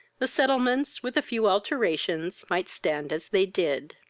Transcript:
the settlements, with a few alterations, might stand as they did.